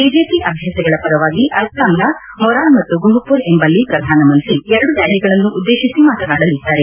BJP ಅಭ್ಯರ್ಥಿಗಳ ಪರವಾಗಿ ಅಸ್ವಾಂನ ಮೊರಾನ್ ಮತ್ತು ಗೋಹ್ಪುರ್ ಎಂಬಲ್ಲಿ ಪ್ರಧಾನಮಂತ್ರಿ ಎರಡು ರ್ನಾಲಿಗಳನ್ನು ಉದ್ದೇಶಿಸಿ ಮಾತನಾಡಲಿದ್ದಾರೆ